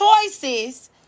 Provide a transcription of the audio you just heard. choices